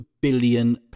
billion